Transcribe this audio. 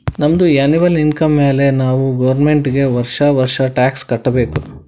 ನಮ್ದು annual income ಮ್ಯಾಲೆ ನಾವ್ ಗೌರ್ಮೆಂಟ್ಗ್ ವರ್ಷಾ ವರ್ಷಾ ಟ್ಯಾಕ್ಸ್ ಕಟ್ಟಬೇಕ್